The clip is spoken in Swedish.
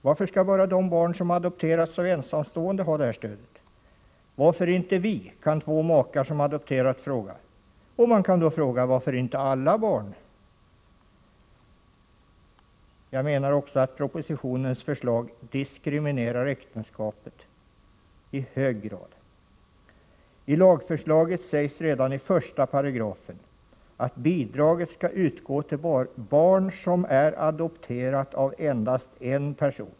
Varför skall bara de barn som adopterats av ensamstående ha detta stöd? ”Varför inte vi”, kan två makar som adopterat fråga. Och man kan fråga: Varför inte alla barn? Jag menar också att propositionens förslag i hög grad diskriminerar äktenskapet. I lagförslaget sägs redan i 1 § att bidraget skall utgå till ”barn som är adopterat av endast en person”.